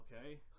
Okay